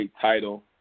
title